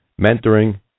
mentoring